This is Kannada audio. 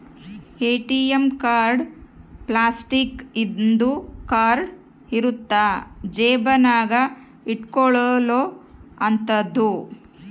ಎ.ಟಿ.ಎಂ ಕಾರ್ಡ್ ಪ್ಲಾಸ್ಟಿಕ್ ಇಂದು ಕಾರ್ಡ್ ಇರುತ್ತ ಜೇಬ ನಾಗ ಇಟ್ಕೊಲೊ ಅಂತದು